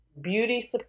Beauty